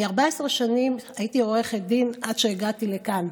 אני 14 שנים הייתי עורכת דין עד שהגעתי לכאן.